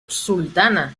sultana